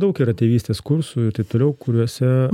daug yra tėvystės kursų ir taip toliau kuriuose